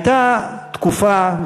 הייתה תקופה,